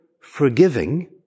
forgiving